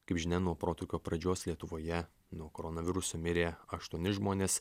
kaip žinia nuo protrūkio pradžios lietuvoje nuo koronaviruso mirė aštuoni žmonės